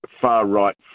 far-right